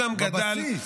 זה בבסיס,